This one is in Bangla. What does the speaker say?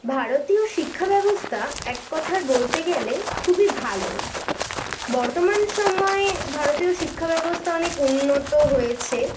ভারতীয় শিক্ষাব্যবস্থা এক কথায় বলতে গ্যালে খুবই ভালো বর্তমান সময়ে ভারতীয় শিক্ষাব্যবস্থা অনেক উন্নত হয়েছে